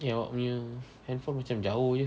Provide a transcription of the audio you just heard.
eh awak punya handphone macam jauh jer